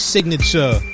Signature